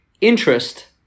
interest